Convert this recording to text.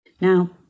Now